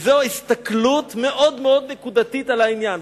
וזו הסתכלות מאוד נקודתית על העניין.